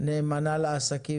נאמנה לעסקים